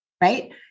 Right